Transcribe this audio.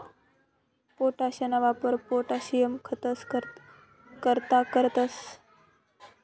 पोटाशना वापर पोटाशियम खतंस करता करतंस